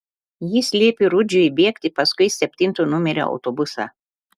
jis liepė rudžiui bėgti paskui septinto numerio autobusą